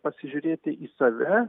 pasižiūrėti į save